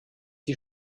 die